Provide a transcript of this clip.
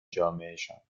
جامعهشان